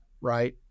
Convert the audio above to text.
Right